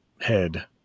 head